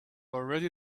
already